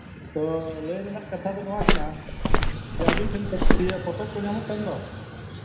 ᱛᱳ ᱞᱟᱹᱭ ᱨᱮᱱᱟᱜ ᱠᱟᱛᱷᱟ ᱫᱚ ᱱᱚᱣᱟ ᱠᱟᱱᱟ ᱡᱮ ᱟᱹᱵᱤᱱ ᱴᱷᱮᱱ ᱯᱚᱛᱚᱵ ᱠᱚ ᱧᱟᱢᱚᱜ ᱠᱟᱱ ᱫᱚ